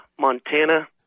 Montana